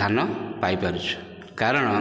ଧାନ ପାଇପାରୁଛୁ କାରଣ